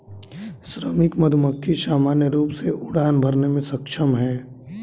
श्रमिक मधुमक्खी सामान्य रूप से उड़ान भरने में सक्षम हैं